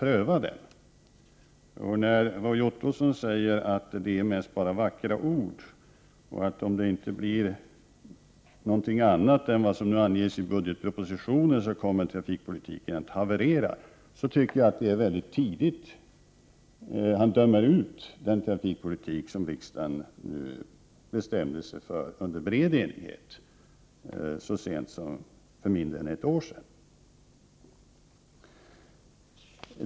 Roy Ottosson säger att det mest bara är vackra ord och att trafikpolitiken kommer att haverera om det inte blir något mer än vad som anges i budgetpropositionen. Då tycker jag att han väldigt tidigt dömer ut den trafikpolitik som riksdagen bestämt sig för under bred enighet så sent som för mindre än ett år sedan.